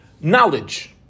knowledge